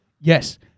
Yes